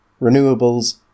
renewables